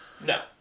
No